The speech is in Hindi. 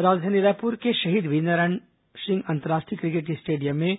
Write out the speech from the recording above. रोड सेफ्टी क्रिकेट टूर्नामेंट राजधानी रायपुर के शहीद वीरनारायण अंतर्राष्ट्रीय क्रिकेट स्टेडियम में